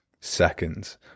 seconds